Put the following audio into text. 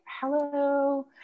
hello